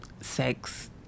sex